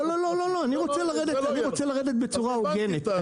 לא, אני רוצה לרדת בצורה הוגנת.